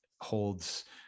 holds